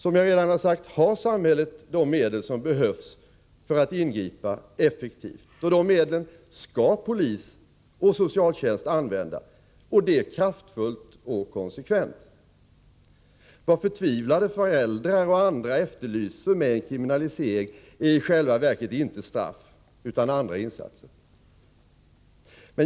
Som jag redan har sagt har samhället de medel som behövs för att ingripa effektivt, och de medlen skall polis och socialtjänst använda — och det kraftfullt och konsekvent. Vad förtvivlade föräldrar och andra efterlyser med en kriminalisering är i själva verket inte straff utan andra insatser.